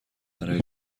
برای